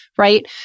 right